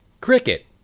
Cricket